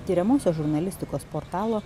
tiriamosios žurnalistikos portalo